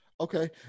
Okay